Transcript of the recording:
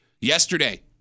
Yesterday